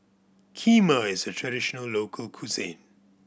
kheema is a traditional local cuisine